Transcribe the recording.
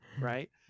right